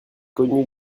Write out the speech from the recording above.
connu